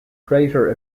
crater